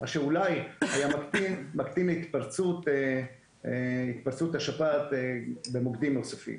מה שאולי היה מקטין את התפרצות השפעת במוקדים נוספים.